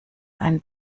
einen